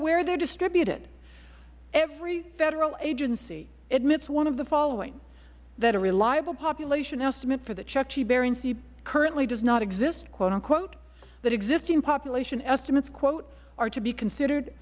where they are distributed every federal agency admits one of the following that a reliable population estimate for the chukchi sea currently does not exist quote unquote that existing population estimates quote are to be considered